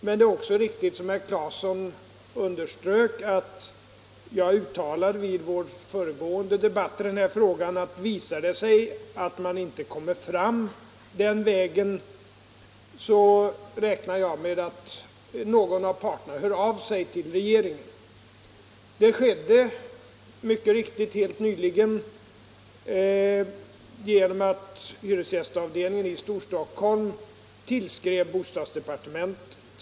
Men det är också riktigt som herr Claeson underströk, att jag i vår föregående debatt i denna fråga uttalade att jag, om det visar sig att man inte kommer fram den vägen, räknar med att någon av parterna hör av sig till regeringen. Så skedde mycket riktigt helt nyligen genom att Hyresgästföreningen i Stor-Stockholm tillskrev bostadsdepartementet.